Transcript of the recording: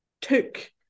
took